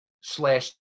slash